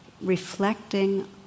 reflecting